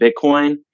Bitcoin